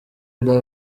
live